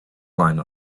line